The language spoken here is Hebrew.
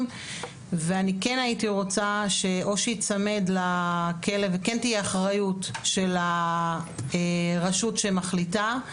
ואני כן הייתי רוצה או שנצמד לכלב וכן תהיה אחריות של הרשות שמחליטה.